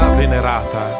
venerata